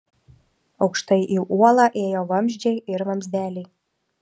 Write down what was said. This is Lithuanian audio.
aukštai į uolą ėjo vamzdžiai ir vamzdeliai